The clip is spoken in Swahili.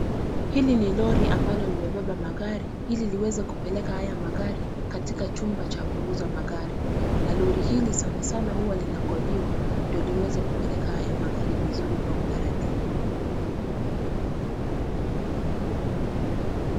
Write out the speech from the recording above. Hili ni lori ambalo limebeba magari ili liweze kupeleka haya magari katika chumba cha kuuza magari, na lori hili sana sana huwa linakodiwa ndio liweze kupeleka haya magari vizuri kwa utaratibu.